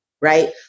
right